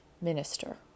minister